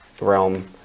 realm